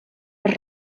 les